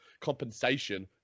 compensation